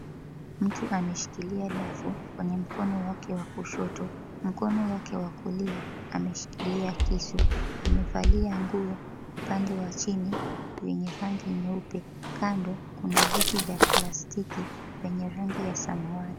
Mtu ameshikilia dafu kwenye mkono wake wa kushoto. Mkono wake wa kulia ameshikilia kisu. Amevalia nguo upande wa chini yenye rangi nyeupe. Kando kuna viti vya plastiki vyenye rangi ya samawati.